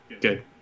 Good